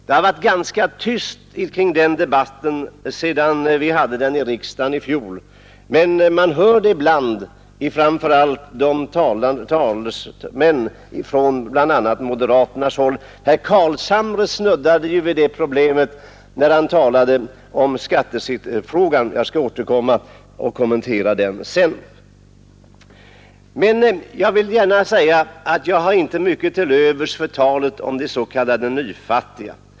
Det har varit ganska tyst om denna kampanj, sedan denna debatt hölls i riksdagen i fjol, men man hör den påtalas ibland, framför allt av talesmän för moderaterna. Herr Carlshamre snuddade vid detta problem, när han talade om skattefrågan. Jag skall återkomma och kommentera denna sak senare. Jag vill gärna säga att jag inte har mycket till övers för talet om de s.k. nyfattiga.